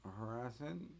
Harassment